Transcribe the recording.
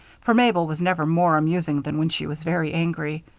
for mabel was never more amusing than when she was very angry.